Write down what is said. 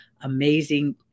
amazing